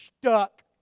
stuck